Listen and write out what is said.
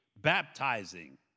baptizing